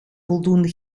voldoende